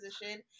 position